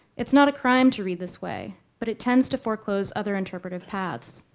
it's not a crime to read this way, but it tends to foreclose other interpretive paths.